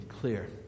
clear